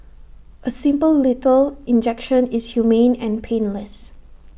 A simple lethal injection is humane and painless